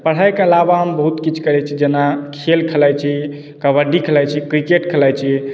पढ़ाइके अलावा हम बहुत किछु करै छी जेना खेल खेलाइ छी कबड्डी खेलाइ छी किरकेट खेलाइ छी